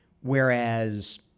Whereas